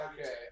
Okay